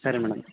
ಸರಿ ಮೇಡಮ್